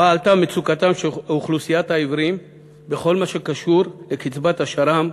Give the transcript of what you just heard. ובה עלתה מצוקתה של אוכלוסיית העיוורים בכל מה שקשור לקצבת השר"מ,